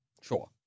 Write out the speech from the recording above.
Sure